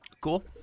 cool